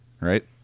right